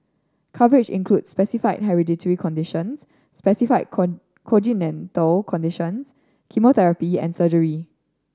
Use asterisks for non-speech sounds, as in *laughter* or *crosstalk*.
coverage includes specified hereditary conditions specified *unintelligible* congenital conditions chemotherapy and surgery